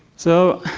so